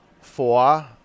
four